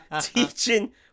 teaching